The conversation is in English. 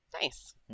nice